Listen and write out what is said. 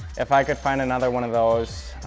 if i could find another one of those,